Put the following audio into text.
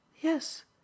Yes